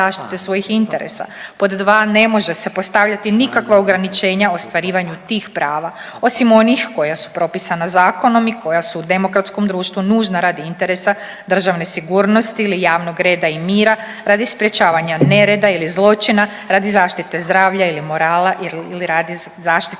zaštite svojih interesa, pod 2) ne može se postavljati nikakva ograničenja u ostvarivanju tih prava osim onih koja su propisana zakonom i koja su u demokratskom društvu nužna radi interesa državne sigurnosti ili javnog reda i mira radi sprječavanja nereda ili zločina radi zaštite zdravlja ili morala ili radi zašite